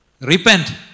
Repent